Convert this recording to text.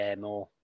more